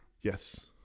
Yes